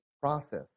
process